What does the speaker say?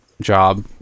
job